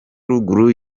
ruguru